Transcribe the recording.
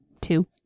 two